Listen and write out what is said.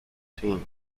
team